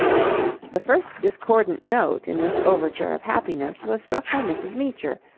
the first discordant note in this overture of happiness was struck by mrs. meecher,